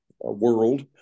world